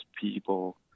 people